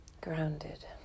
Grounded